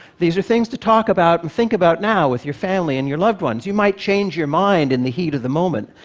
these are things to talk about and think about now, with your family and your loved ones. you might change your mind in the heat of the moment,